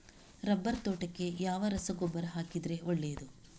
Rubber ತೋಟಕ್ಕೆ ಯಾವ ರಸಗೊಬ್ಬರ ಹಾಕಿದರೆ ಒಳ್ಳೆಯದು?